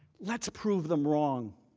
let's prove them wrong.